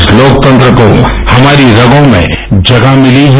इस लोकतंत्र को हमारी रगों में जगह मिली है